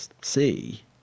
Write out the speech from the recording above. see